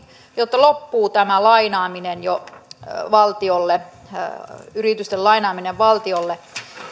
jotta loppuu tämä lainaaminen jo valtiolle yritysten lainaaminen valtiolle